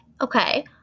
Okay